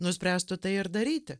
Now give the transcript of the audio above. nuspręstų tai ir daryti